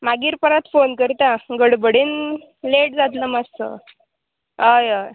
मागीर परत फोन करता गडबडीन लेट जातलो मातसो हय हय